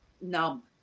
numb